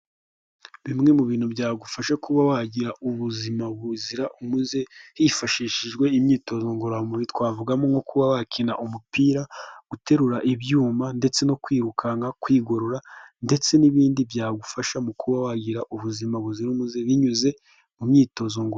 Bimwe mu bintu byagufasha kuba wagira ubuzima buzira umuze hifashishijwe imyitozo ngororamubiri, twavugamo nko kuba wakina umupira, guterura ibyuma ndetse no kwirukanka, kwigorora ndetse n'ibindi byagufasha mu kuba wagira ubuzima buzira umuze binyuze mu myitozo ngo.....